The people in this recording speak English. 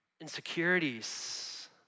insecurities